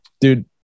dude